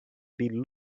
been